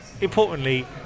importantly